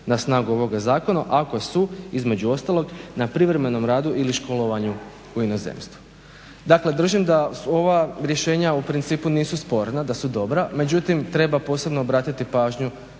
na snagu ovoga zakona ako su između ostalog na privremenom radu ili školovanju u inozemstvu". Dakle držim da ova rješenja u principu nisu sporna da su dobra međutim treba posebno obratiti pažnju